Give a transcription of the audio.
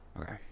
Okay